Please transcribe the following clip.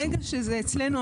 ברגע שזה אצלנו,